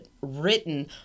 written